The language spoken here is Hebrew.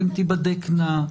הן תיבדקנה,